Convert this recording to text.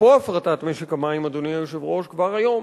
אפרופו הפרטת משק המים, אדוני היושב-ראש, כבר היום